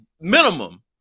minimum